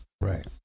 right